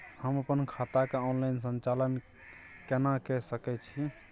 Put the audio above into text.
हम अपन खाता के ऑनलाइन संचालन केना के सकै छी?